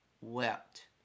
wept